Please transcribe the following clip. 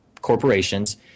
corporations